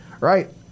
right